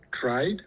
tried